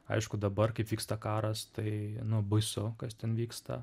aišku dabar kaip vyksta karas tai nu baisu kas ten vyksta